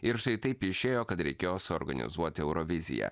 ir štai taip išėjo kad reikėjo suorganizuoti euroviziją